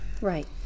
Right